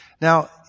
Now